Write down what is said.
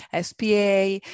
SPA